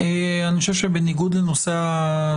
אוקיי, אני אחזור לדברים ורק אדייק.